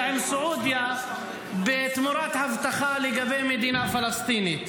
עם סעודיה תמורת הבטחה לגבי מדינה פלסטינית.